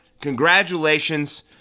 congratulations